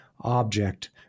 object